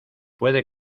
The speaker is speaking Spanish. puede